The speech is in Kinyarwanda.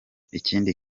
ikindi